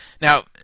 now